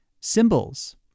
symbols